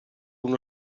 uno